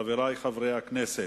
חברי חברי הכנסת,